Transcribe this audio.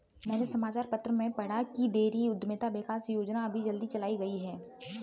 मैंने समाचार पत्र में पढ़ा की डेयरी उधमिता विकास योजना अभी जल्दी चलाई गई है